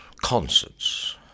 concerts